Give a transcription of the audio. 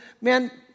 man